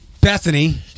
Bethany